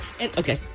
Okay